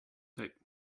tape